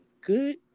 good